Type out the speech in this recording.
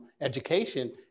Education